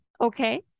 Okay